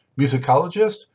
musicologist